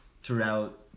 throughout